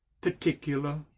particular